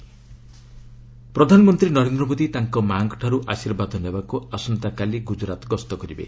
PM Gujarat Varanasi ପ୍ରଧାନମନ୍ତ୍ରୀ ନରେନ୍ଦ୍ର ମୋଦି ତାଙ୍କ ମା'ଙ୍କଠାରୁ ଆଶୀର୍ବାଦ ନେବାକୁ ଆସନ୍ତାକାଲି ଗୁଜରାତ ଗସ୍ତ କରିବେ